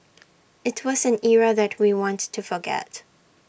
IT was an era that we want to forget